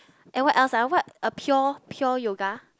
and what else ah what a pure pure yoga